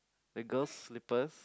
the girl's slippers